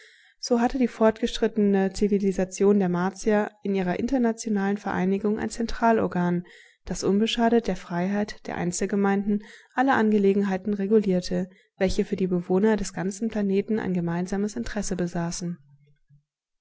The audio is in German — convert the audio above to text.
so hatte die vorgeschrittenere zivilisation der martier in ihrer internationalen vereinigung ein zentralorgan das unbeschadet der freiheit der einzelgemeinden alle angelegenheiten regulierte welche für die bewohner des ganzen planeten ein gemeinsames interesse besaßen